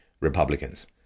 Republicans